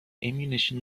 ammunition